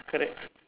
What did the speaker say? correct